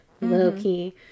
low-key